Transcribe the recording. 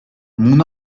mon